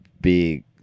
big